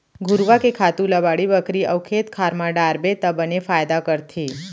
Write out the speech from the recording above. घुरूवा के खातू ल बाड़ी बखरी अउ खेत खार म डारबे त बने फायदा करथे